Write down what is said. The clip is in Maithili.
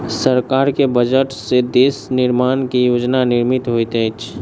सरकार के बजट से देश निर्माण के योजना निर्मित होइत अछि